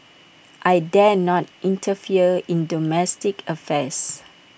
I dare not interfere in the domestic affairs